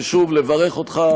ושוב לברך אותך,